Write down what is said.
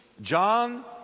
John